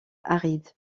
aride